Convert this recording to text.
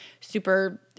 super